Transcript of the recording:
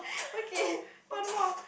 okay one more